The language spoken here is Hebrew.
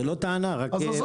זאת לא טענה, רק מידע.